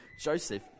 Joseph